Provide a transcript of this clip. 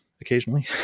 occasionally